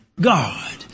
God